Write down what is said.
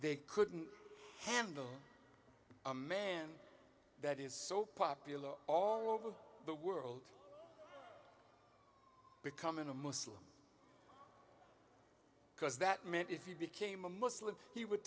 they couldn't handle a man that is so popular all over the world becoming a muslim because that meant if he became a muslim he would